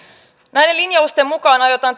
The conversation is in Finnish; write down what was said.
näiden linjausten mukaan aiotaan